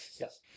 Yes